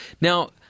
Now